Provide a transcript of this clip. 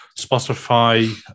Spotify